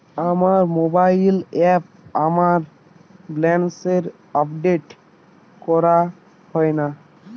আমার মোবাইল অ্যাপে আমার ব্যালেন্স আপডেট করা হয় না